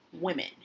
women